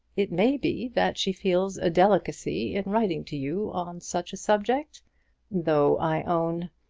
it may be that she feels a delicacy in writing to you on such a subject though i own.